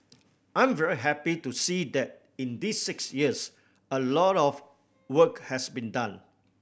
I'm very happy to see that in these six years a lot of work has been done